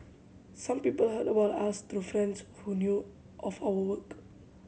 some people heard about us through friends who knew of our work